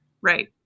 Right